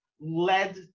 led